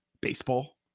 baseball